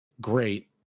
great